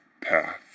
path